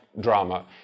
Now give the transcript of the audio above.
drama